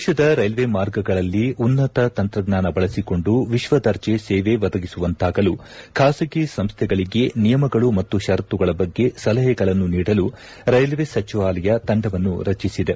ದೇಶದ ರೈಲ್ವೆ ಮಾರ್ಗಗಳಲ್ಲಿ ಉನ್ನ ತ್ತ ತಂತ್ರಜ್ಞಾನ ಬಳಸಿಕೊಂಡು ವಿಶ್ವದರ್ಜೆ ಸೇವೆ ಒದಗಿಸುವಂತಾಗಲು ಖಾಸಗಿ ಸಂಸ್ಥೆಗಳಿಗೆ ನಿಯಮಗಳು ಮತ್ತು ಪರತ್ತುಗಳ ಬಗ್ಗೆ ಸಲಹೆಗಳನ್ನು ನೀಡಲು ರೈಲ್ವೆ ಸಚಿವಾಲಯ ತಂಡವನ್ನು ರಚಿಸಿದೆ